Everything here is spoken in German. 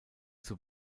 zur